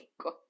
God